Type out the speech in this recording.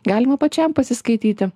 galima pačiam pasiskaityti